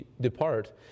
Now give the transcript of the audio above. depart